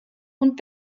und